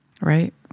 Right